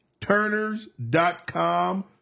Turners.com